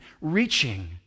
reaching